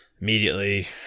immediately